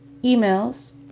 emails